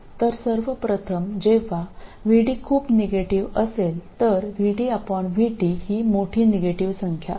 അതിനാൽ ഒന്നാമതായി VD വളരെ നെഗറ്റീവ് ആയിരിക്കുമ്പോൾ VDVt വലിയ നെഗറ്റീവ് സംഖ്യയാണ്